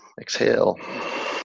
Exhale